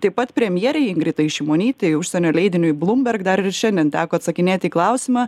taip pat premjerei ingridai šimonytei užsienio leidiniui bloomberg dar ir šiandien teko atsakinėti į klausimą